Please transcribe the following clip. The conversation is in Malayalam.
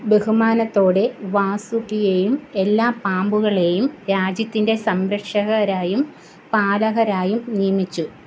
ബഹുമാനത്തോടെ വാസുകിയേയും എല്ലാ പാമ്പുകളേയും രാജ്യത്തിന്റെ സംരക്ഷകരായും പാലകരായും നിയമിച്ചു